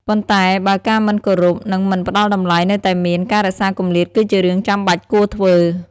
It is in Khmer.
ប៉ុន្តែ បើការមិនគោរព និងមិនផ្ដល់តម្លៃនៅតែមាន ការរក្សាគម្លាតគឺជារឿងចាំបាច់គួរធ្វើ។